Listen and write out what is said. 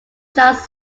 charles